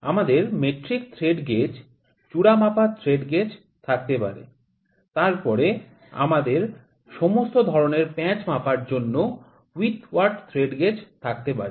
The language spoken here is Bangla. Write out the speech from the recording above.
আমাদের মেট্রিক থ্রেড গেজ চুরা মাপার থ্রেড গেজ থাকতে পারে তারপরে সমস্ত ধরণের প্যাঁচ মাপার জন্য আমাদের হুইটওয়ার্থ থ্রেড গেজ থাকতে পারে